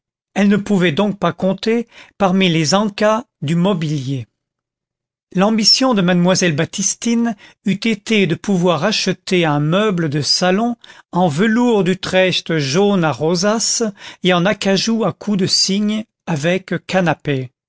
elle ne pouvait donc pas compter parmi les en-cas du mobilier l'ambition de mademoiselle baptistine eût été de pouvoir acheter un meuble de salon en velours d'utrecht jaune à rosaces et en acajou à cou de cygne avec canapé